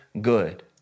good